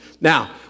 Now